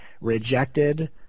rejected